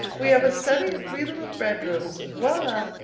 we have a study and three little bedrooms voila!